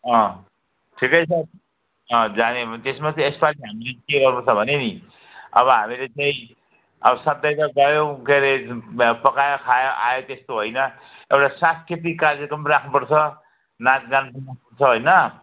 अँ ठिकै छ अँ जाने पनि त्यसमा चाहिँ यसपालि हामीले के गर्नुपर्छ भने नि अब हामीले चाहिँ अब सबैथोक गयौँ के रे पकायो खायो आयो त्यस्तो हैन एउटा सांस्कृतिक कार्यक्रम राख्नुपर्छ नाचगान पनि हुन्छ हैन